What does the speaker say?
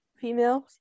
females